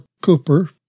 Cooper